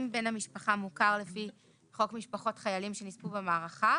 אם בן המשפחה מוכר לפי חוק משפחות חיילים שנספו במערכה,